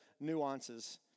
nuances